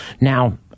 Now